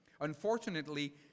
Unfortunately